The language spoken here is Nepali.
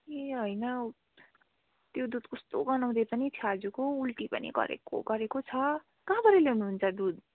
ए होइन त्यो दुध कस्तो गनाउँदै पनि छ आजको उल्टी पनि गरेको गरेको छ कहाँबाट ल्याउनु हुन्छ दुध